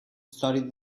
studied